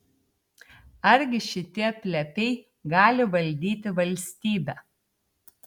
argi šitie plepiai gali valdyti valstybę